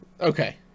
Okay